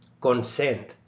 Consent